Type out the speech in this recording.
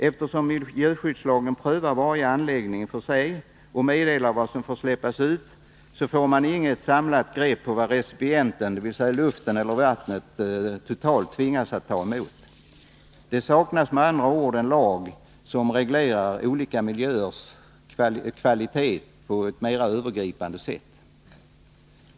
Eftersom miljöskyddslagen prövar varje anläggning för sig och meddelar vad som får släppas ut, får man inget samlat grepp på vad recipienten, dvs. luften eller vattnet, totalt tvingas att ta emot. Det saknas med andra ord en lag som reglerar olika miljöers kvalitet på ett mera övergripande sätt.